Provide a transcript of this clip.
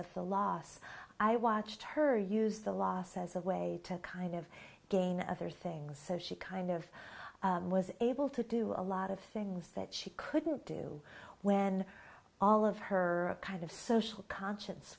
the loss i watched her use the loss as a way to kind of gain other things so she kind of was able to do a lot of things that she couldn't do when all of her kind of social conscience